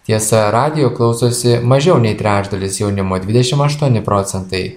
tiesa radijo klausosi mažiau nei trečdalis jaunimo dvidešim aštuoni procentai